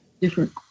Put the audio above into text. different